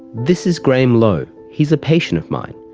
this is graham lowe, he's a patient of mine,